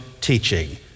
teaching